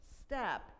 step